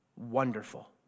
wonderful